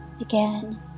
Again